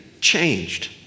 changed